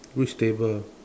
which table